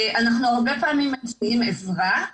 אנחנו הרבה פעמים מציעים עזרה,